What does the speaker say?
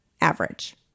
average